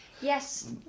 yes